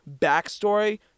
backstory